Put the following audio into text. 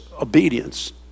obedience